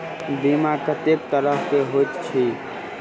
बीमा कत्तेक तरह कऽ होइत छी?